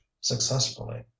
successfully